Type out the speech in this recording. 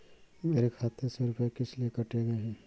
मेरे खाते से रुपय किस लिए काटे गए हैं?